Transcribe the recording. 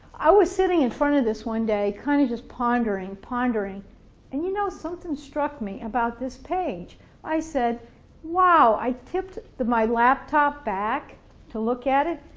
i was sitting in front of this one day, kind of just pondering pondering and you know something struck me about this page i said wow, i tipped my laptop back to look at it,